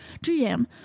GM